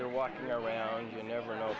you're walking around you never know